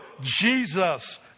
Jesus